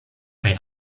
kaj